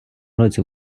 році